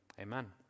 Amen